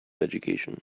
education